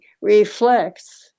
reflects